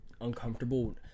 uncomfortable